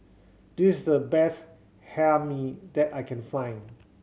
this the best Hae Mee that I can find